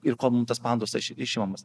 ir kol mums tas pandusas išimamas